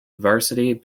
varsity